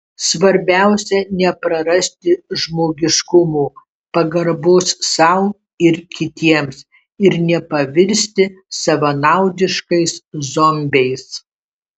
svarbiausia neprarasti žmogiškumo pagarbos sau ir kitiems ir nepavirsti savanaudiškais zombiais